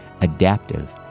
adaptive